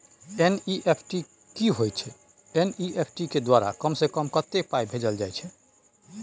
NEFT की होय छै एन.ई.एफ.टी के द्वारा कम से कम कत्ते पाई भेजल जाय छै?